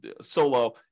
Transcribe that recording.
solo